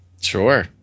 Sure